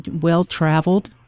well-traveled